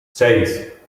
seis